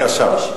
בבקשה.